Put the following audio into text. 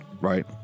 right